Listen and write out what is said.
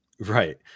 Right